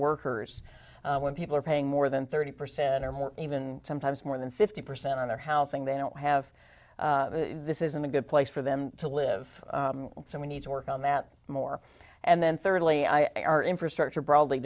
workers when people are paying more than thirty percent or more even sometimes more than fifty percent on their housing they don't have this isn't a good place for them to live so we need to work on that more and then thirdly i our infrastructure br